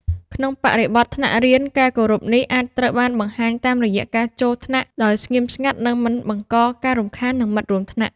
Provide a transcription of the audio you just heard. ក្នុងបរិបទថ្នាក់រៀន ការគោរពនេះអាចត្រូវបានបង្ហាញតាមរយៈការចូលថ្នាក់ដោយស្ងៀមស្ងាត់ និងមិនបង្កការរំខាននឹងមិត្តរួមថ្នាក់។